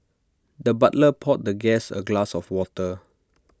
the butler poured the guest A glass of water